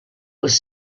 was